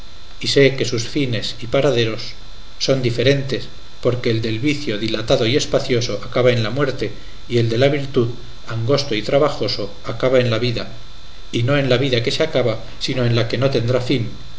y sé que sus fines y paraderos son diferentes porque el del vicio dilatado y espacioso acaba en la muerte y el de la virtud angosto y trabajoso acaba en vida y no en vida que se acaba sino en la que no tendrá fin